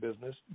business